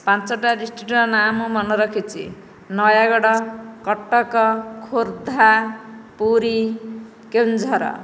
ପାଞ୍ଚଟା ଡିଷ୍ଟ୍ରିକ୍ଟର ନାଁ ମୁଁ ମନେ ରଖିଛି ନୟାଗଡ଼ କଟକ ଖୋର୍ଦ୍ଧା ପୁରୀ କେଉଁଝର